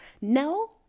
No